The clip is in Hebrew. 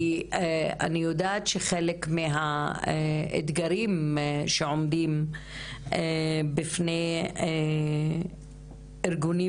כי אני יודעת שחלק מהאתגרים שעומדים בפני ארגונים